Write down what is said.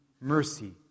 mercy